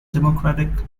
democratic